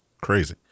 Crazy